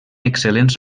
excel·lents